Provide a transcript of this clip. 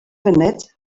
funud